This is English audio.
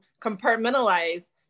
compartmentalize